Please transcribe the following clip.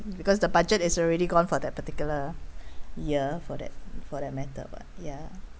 because the budget is already gone for that particular year for that for that matter [what] ya